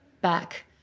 back